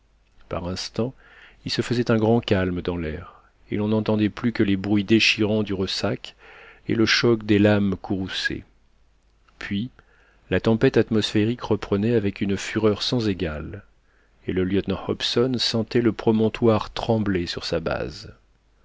par instants il se faisait un grand calme dans l'air et l'on n'entendait plus que les bruits déchirants du ressac et le choc des lames courroucées puis la tempête atmosphérique reprenait avec une fureur sans égale et le lieutenant hobson sentait le promontoire trembler sur sa base